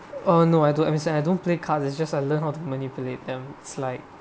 uh no I don't ever say I don't play cards it's just I learn how to manipulate them is like